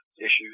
issues